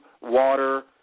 water